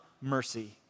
mercy